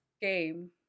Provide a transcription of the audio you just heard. game